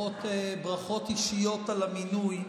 ברכות אישיות על המינוי,